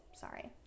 sorry